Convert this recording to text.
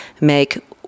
make